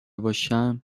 باشم